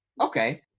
Okay